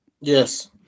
Yes